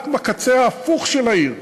רק שהיא בקצה ההפוך של העיר.